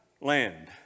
land